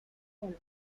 kolm